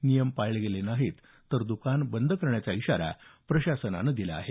नियम पाळले गेले नाही तर द्कानं बंद करण्याचा इशारा प्रशासनानं दिला आहे